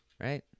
Right